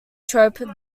troupe